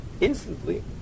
instantly